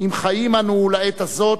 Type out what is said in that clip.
אם חיים אנו לעת הזאת,